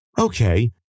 Okay